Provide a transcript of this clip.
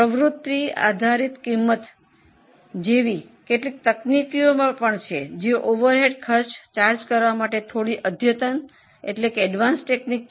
પ્રવૃતિ આધારિત ખર્ચ જેવી કેટલીક તકનીકીઓ પણ છે જે ઓવરહેડ ખર્ચ માટે થોડી આગોતરી તકનીક છે